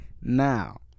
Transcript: now